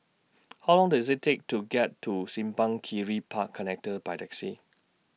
How Long Does IT Take to get to Simpang Kiri Park Connector By Taxi